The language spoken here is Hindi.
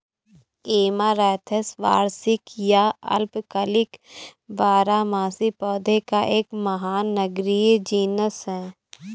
ऐमारैंथस वार्षिक या अल्पकालिक बारहमासी पौधों का एक महानगरीय जीनस है